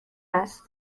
است